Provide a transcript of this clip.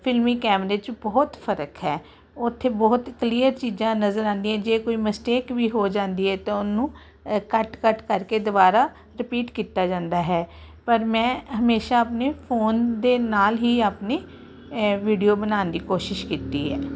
ਫਿਲਮੀ ਕੈਮਰੇ 'ਚ ਬਹੁਤ ਫਰਕ ਹੈ ਉਥੇ ਬਹੁਤ ਕਲੀਅਰ ਚੀਜ਼ਾਂ ਨਜ਼ਰ ਆਉਂਦੀਆਂ ਜੇ ਕੋਈ ਮਿਸਟੇਕ ਵੀ ਹੋ ਜਾਂਦੀ ਹੈ ਤਾਂ ਉਹਨੂੰ ਕੱਟ ਕੱਟ ਕਰਕੇ ਦੁਬਾਰਾ ਰਿਪੀਟ ਕੀਤਾ ਜਾਂਦਾ ਹੈ ਪਰ ਮੈਂ ਹਮੇਸ਼ਾ ਆਪਣੇ ਫੋਨ ਦੇ ਨਾਲ ਹੀ ਆਪਣੇ ਵੀਡੀਓ ਬਣਾਉਣ ਦੀ ਕੋਸ਼ਿਸ਼ ਕੀਤੀ ਐ